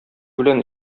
белән